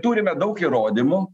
turime daug įrodymų